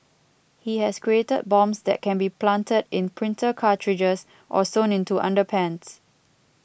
he has created bombs that can be planted in printer cartridges or sewn into underpants